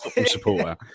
supporter